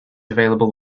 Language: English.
available